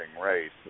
Race